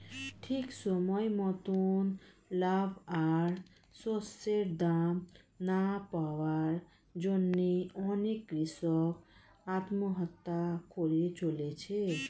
ঠিক সময় মতন লাভ আর শস্যের দাম না পাওয়ার জন্যে অনেক কূষক আত্মহত্যা করে চলেছে